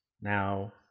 Now